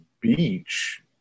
beach